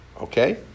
Okay